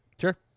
Sure